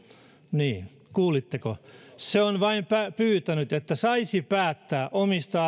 niin kuulitteko se on vain pyytänyt että saisi päättää omista